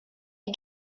est